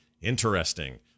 Interesting